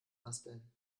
basteln